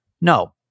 No